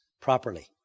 properly